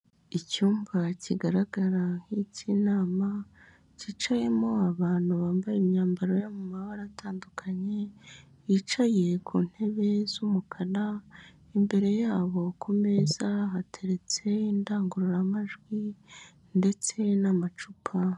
Icyumba kigaragara nk'icy'inama cyicayemo abantu bambaye imyambaro yo mu ma bara atandukanye yicaye ku ntebe z'umukara, imbere yabo kumeza hateretse indangururamajwi ndetse n'amacupa.